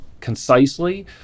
concisely